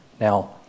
Now